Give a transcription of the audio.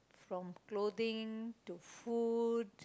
from clothing to food